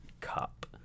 cup